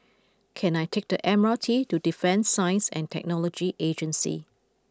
can I take the M R T to Defence Science and Technology Agency